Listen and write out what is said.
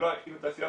מימון של תעשיה,